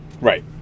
Right